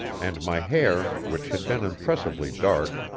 and my hair, which had been impressively dark,